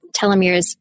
telomeres